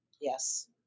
Yes